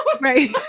right